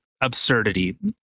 absurdity